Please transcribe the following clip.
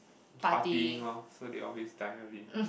partying lor so they always die early